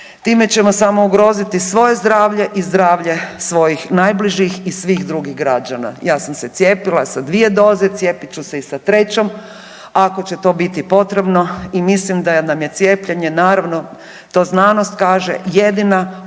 Time ćemo samo ugroziti svoje zdravlje i zdravlje svojih najbližih i svih drugih građana. Ja sam se cijepila sa 2 doze, cijepit ću se i sa trećom ako će to biti potrebno i mislim da nam je cijepljenje naravno, to znanost kaže jedina obrana